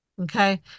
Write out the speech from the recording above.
Okay